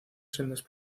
sendas